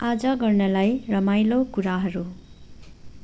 आज गर्नलाई रमाइलो कुराहरू